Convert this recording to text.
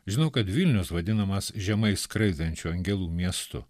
žinau kad vilnius vadinamas žemai skraidančių angelų miestu